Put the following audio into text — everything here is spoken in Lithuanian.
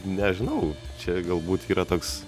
nežinau čia galbūt yra toks